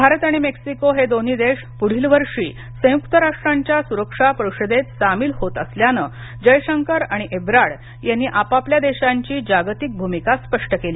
भारत आणि मेक्सिको हे दोन्ही देश पुढील वर्षी संयुक्त राष्ट्रांच्या सुरक्षा परिषदेत सामील होत असल्यानं जयशंकर आणि एबरार्ड यांनी आपापल्या देशांची जागतिक भूमिका स्पष्ट केली